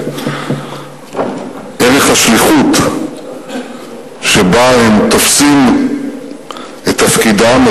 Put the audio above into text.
את ערך השליחות שבה הם תופסים את תפקידם,